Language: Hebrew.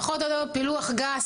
פחות או יותר בפילוח גס,